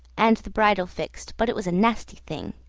and the bridle fixed, but it was a nasty thing!